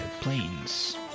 Planes